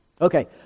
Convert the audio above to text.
Okay